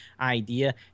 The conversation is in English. idea